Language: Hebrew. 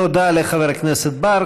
תודה לחבר הכנסת בר.